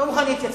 לא מוכן להתייצב.